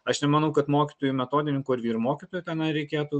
aš nemanau kad mokytojų metodininkų ar ir mokytojų tenai reikėtų